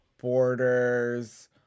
Borders